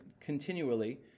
continually